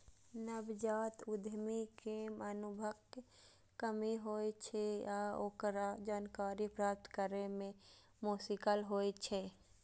नवजात उद्यमी कें अनुभवक कमी होइ छै आ ओकरा जानकारी प्राप्त करै मे मोश्किल होइ छै